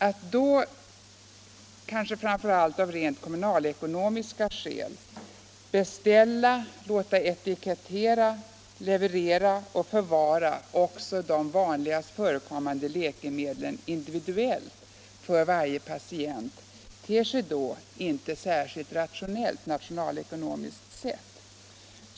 Att då, kanske framför allt av rent kommunalekonomiska skäl beställa, etikettera, leverera och förvara också de vanligast förekommande läkemedlen individuellt för varje patient ter sig inte särskilt rationellt nationalekonomiskt sett.